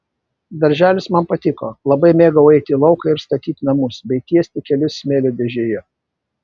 darželis man patiko labai mėgau eiti į lauką ir statyti namus bei tiesti kelius smėlio dėžėje